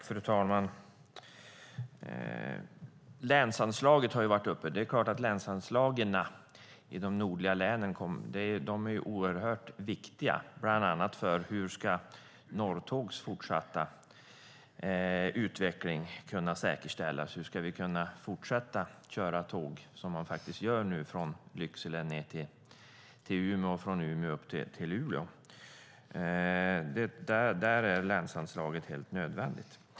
Fru talman! Länsanslaget har varit uppe. Länsanslagen i de nordliga länen är viktiga, bland annat för hur Norrtågs fortsatta utveckling ska kunna säkerställas och för hur vi ska kunna fortsätta köra tåg från Lycksele till Umeå och från Umeå till Luleå. Här är länsanslaget helt nödvändigt.